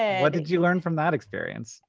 what did you learn from that experience?